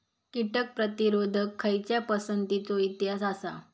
कीटक प्रतिरोधक खयच्या पसंतीचो इतिहास आसा?